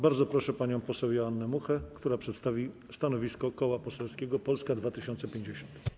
Bardzo proszę panią poseł Joannę Muchę, która przedstawi stanowisko Koła Parlamentarnego Polska 2050.